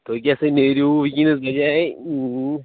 تُہۍ کیٛاہ سا نیرِو وٕنکٮ۪نس